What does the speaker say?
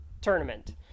tournament